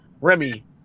Remy